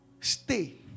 Stay